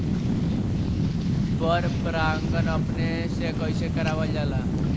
पर परागण अपने से कइसे करावल जाला?